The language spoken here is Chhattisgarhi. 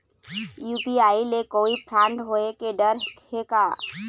यू.पी.आई ले कोई फ्रॉड होए के डर हे का?